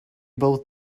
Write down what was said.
both